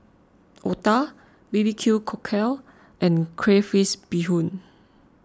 Otah B B Q Cockle and Crayfish BeeHoon